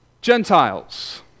Gentiles